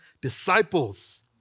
disciples